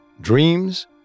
Dreams